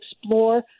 explore